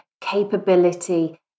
capability